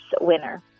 winner